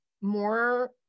more-